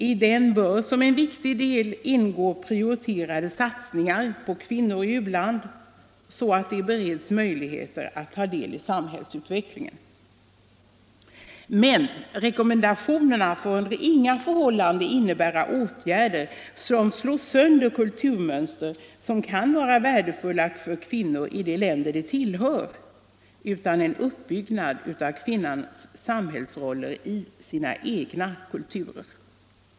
I den bör som en viktig del ingå prioriterade satsningar på kvinnor i u-land, så att de bereds möjligheter att ta del i samhällsutvecklingen. Men rekommendationerna får under inga förhållanden innebära åtgärder som slår sönder kulturmönster, som kan vara värdefulla för kvinnor i de länder de tillhör, utan en uppbyggnad av kvinnornas samhällsroller i sina egna kulturer.